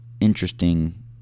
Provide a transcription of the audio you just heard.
interesting